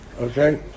Okay